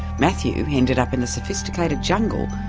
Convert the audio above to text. matthew ended up in a sophisticated jungle,